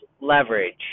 leverage